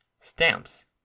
Stamps